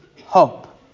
hope